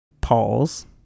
Pause